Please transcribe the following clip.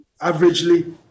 Averagely